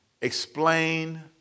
explain